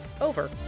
over